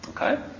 Okay